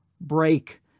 break